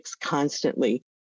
constantly